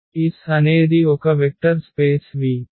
S అనేది ఒక vector space V